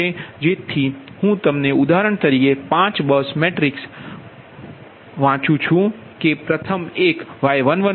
તેથી હું તેને ઉદાહરણ તરીકે 5 Y બસ મેટ્રિક્સ વાંચું છું કે પ્રથમ એક Y11 26